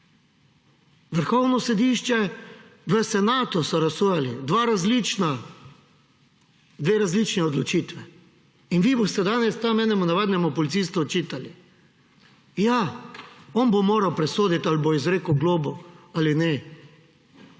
Vrhovno sodišče v senatu so razsojali – dve različni odločitvi. In vi boste danes tam enemu navadnemu policistu očitali! Ja, on bo moral presoditi, ali bo izrekel globo ali ne.